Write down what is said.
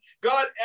god